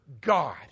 God